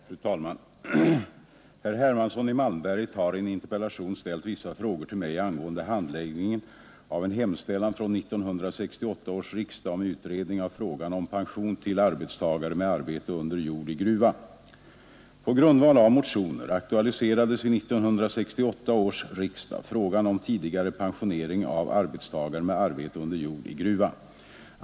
Fru talman! Herr Hermansson i Malmberget har i en interpellation ställt vissa frågor till mig angående handläggningen av en hemställan från 1968 års riksdag om utredning av frågan om pension till arbetstagare med arbete under jord i gruva. På grundval av motioner aktualiserades vid 1968 års riksdag frågan om tidigare pensionering av arbetstagare med arbete under jord i gruva.